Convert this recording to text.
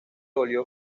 volvió